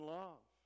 love